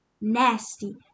Nasty